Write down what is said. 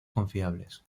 confiables